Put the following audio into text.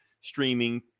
streaming